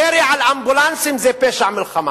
ירי על אמבולנסים זה פשע מלחמה.